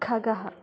खगः